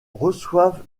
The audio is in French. reçoivent